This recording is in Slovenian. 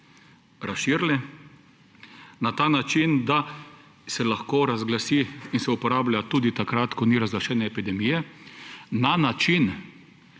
razširili na ta način, da se lahko razglasi in se uporablja tudi takrat, ko ni razglašene epidemije, na način,